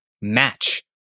match